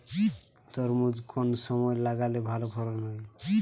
তরমুজ কোন সময় লাগালে ভালো ফলন হয়?